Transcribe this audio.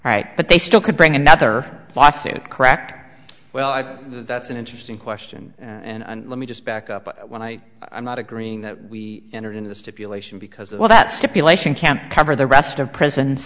right but they still could bring another lawsuit cracked well that's an interesting question and let me just back up when i i'm not agreeing that we entered into the stipulation because well that stipulation can't cover the rest of pr